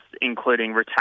including